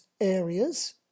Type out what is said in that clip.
areas